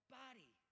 body